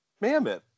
mammoth